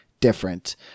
different